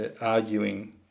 arguing